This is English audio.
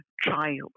trial